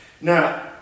Now